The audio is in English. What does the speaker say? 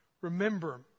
remember